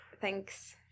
Thanks